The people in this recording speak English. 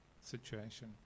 situation